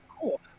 Cool